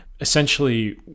Essentially